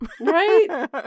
Right